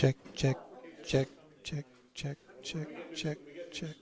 check check check check check check check